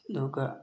ꯑꯗꯨꯒ